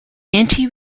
anti